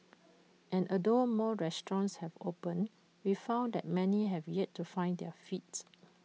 and although more restaurants have opened we found that many have yet to find their feet